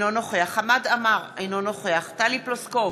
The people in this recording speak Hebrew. אינו נוכח חמד עמאר, אינו נוכח טלי פלוסקוב,